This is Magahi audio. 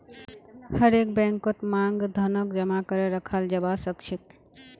हरेक बैंकत मांग धनक जमा करे रखाल जाबा सखछेक